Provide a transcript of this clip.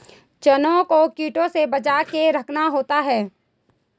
चनों को कीटों से बचाके रखना होता है